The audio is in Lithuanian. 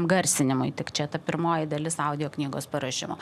garsinimui tik čia ta pirmoji dalis audioknygos paruošimo